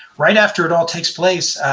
right after it all takes place,